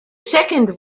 second